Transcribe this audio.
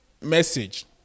message